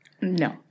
No